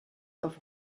auf